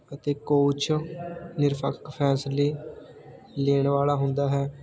ਅਤੇ ਕੋਚ ਨਿਰਪੱਖ ਫੈਸਲੇ ਲੈਣ ਵਾਲਾ ਹੁੰਦਾ ਹੈ